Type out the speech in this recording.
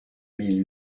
mille